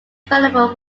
available